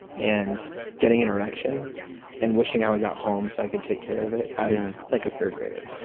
and getting an erection and wishing i was at home so i could take care of it, as like a third-grader.